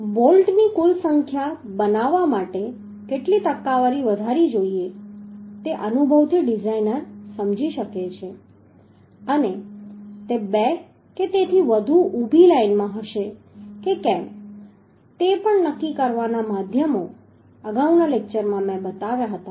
બોલ્ટની કુલ સંખ્યા બનાવવા માટે કેટલી ટકાવારી વધારવી જોઈએ તે અનુભવથી ડિઝાઇનર સમજી શકે છે અને તે બે કે તેથી વધુ ઊભી લાઈનમાં હશે કે કેમ તે પણ નક્કી કરવાના માધ્યમો અગાઉના લેક્ચરમાં મેં બતાવ્યા હતા